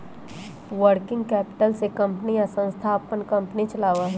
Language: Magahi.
वर्किंग कैपिटल से कंपनी या संस्था अपन कंपनी चलावा हई